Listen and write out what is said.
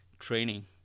Training